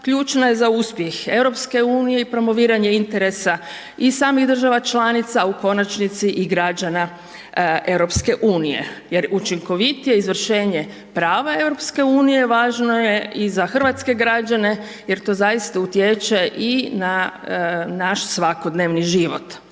ključna je za uspjeh EU-a i promoviranje interesa i samih država članica a u konačnici i građana EU-a jer učinkovitije izvršenje prava EU-a važno je i za hrvatske građane jer to zaista utječe i na naš svakodnevni život.